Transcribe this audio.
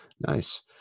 Nice